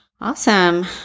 Awesome